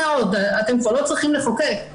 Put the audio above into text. אתם כבר לא צריכים לחוקק,